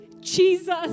jesus